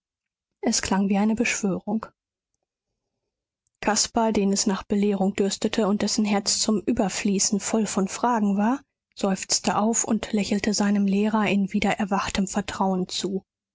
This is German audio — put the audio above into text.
es klang wie eine beschwörung caspar den es nach belehrung dürstete und dessen herz zum überfließen voll von fragen war seufzte auf und lächelte seinem lehrer in wiedererwachtem vertrauen zu